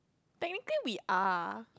technically we are